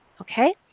Okay